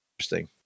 interesting